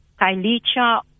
Kailicha